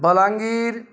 Balangir